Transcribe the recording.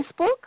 Facebook